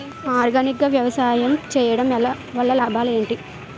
Organic గా వ్యవసాయం చేయడం వల్ల లాభాలు ఏంటి?